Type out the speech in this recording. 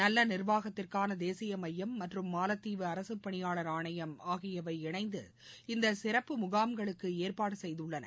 நல்ல நிா்வாகத்திற்கான தேசிய மையம் மற்றும் மாலத்தீவு அரசுப் பணியாளா் ஆணையம் ஆகியவை இணைந்து இந்த சிறப்பு முகாம்களுக்கு ஏற்பாடு செய்துள்ளன